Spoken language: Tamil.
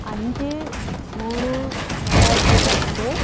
அஞ்சு மூணு ரெண்டாயிரத்தி பன்னெண்டு